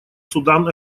судан